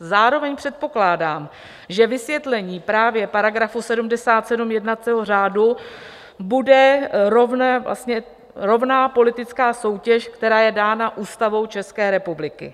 Zároveň předpokládám, že z vysvětlení právě § 77 jednacího řádu bude rovná politická soutěž, která je dána Ústavou České republiky.